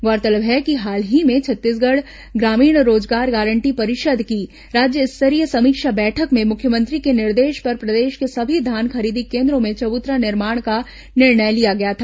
गौरतलब है कि हाल ही में छत्तीसगढ़ ग्रामीण रोजगार गारंटी परिषद की राज्य स्तरीय समीक्षा बैठक में मुख्यमंत्री के निर्देश पर प्रदेश के सभी धान खरीदी केन्द्रों में चबतरा निर्माण का निर्णय लिया गया था